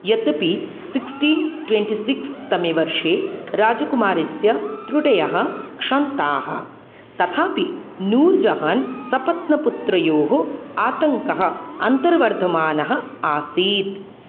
यद्यपि sixteen twenty six तमे वर्षे राजकुमारस्य त्रुटयः क्षन्ताः तथापि नूर् जहान् सपत्नपुत्रयोः आतङ्कः अन्तर्वर्धमानः आसीत्